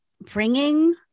bringing